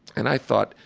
and i thought,